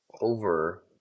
over